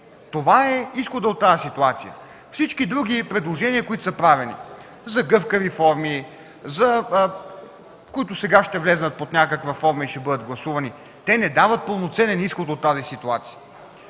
Това е изходът от тази ситуация. Всички други направени предложения – за гъвкави форми, които сега ще влязат под някаква форма и ще бъдат гласувани, не дават пълноценен изход от тази ситуация.